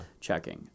checking